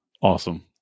Awesome